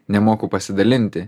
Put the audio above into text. nemoku pasidalinti